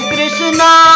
Krishna